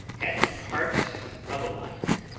had the heart of a lion.